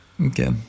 okay